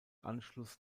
anschluss